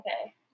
Okay